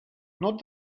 not